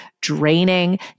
draining